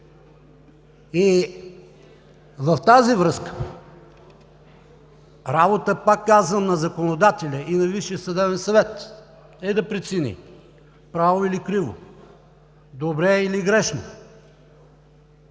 В тази връзка, пак казвам, работа на законодателя и на Висшия съдебен съвет е да преценят правилно или криво, добре или грешно.